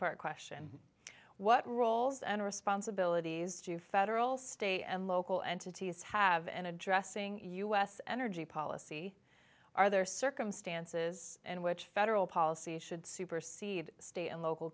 part question what roles and responsibilities to federal state and local entities have an addressing u s energy policy are there circumstances and which federal policy should supersede state and local